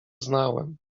znałem